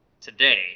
Today